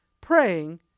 praying